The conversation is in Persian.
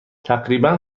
تقریبا